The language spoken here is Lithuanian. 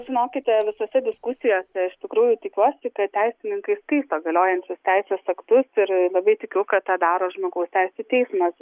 žinokite visose diskusijose iš tikrųjų tikiuosi kad teisininkai skaito galiojančius teisės aktus ir labai tikiu kad tą daro žmogaus teisių teismas